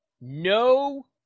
no